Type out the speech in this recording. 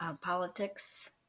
politics